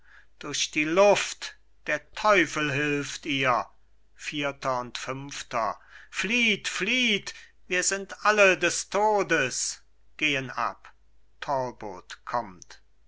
durch die luft der teufel hilft ihr vierter und fünfter flieht flieht wir sind alle des todes gehen ab talbot kommt